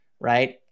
right